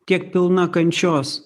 tiek pilna kančios